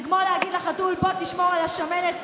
זה כמו להגיד לחתול: בוא תשמור על השמנת,